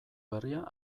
berria